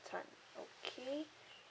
tan okay